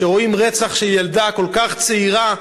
כשרואים רצח של ילדה כל כך צעירה,